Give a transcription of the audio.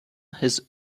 his